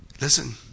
listen